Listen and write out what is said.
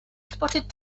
spotted